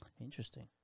Interesting